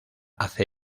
hace